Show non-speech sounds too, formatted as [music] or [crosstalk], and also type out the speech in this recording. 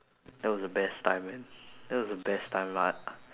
that was the best time man [noise] that was the best time I